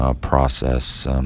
process